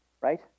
Right